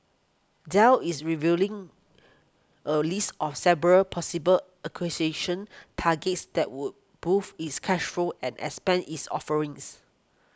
Dell is reviewing a list of several possible acquisition targets that would boost its cash flow and expand its offerings